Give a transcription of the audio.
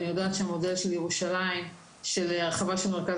אני יודעת שהמודל של ירושלים של הרחבה של מרכז